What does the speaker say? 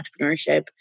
entrepreneurship